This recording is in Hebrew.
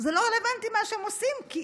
שזה לא רלוונטי, מה שהם עושים, כי